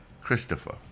christopher